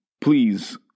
Please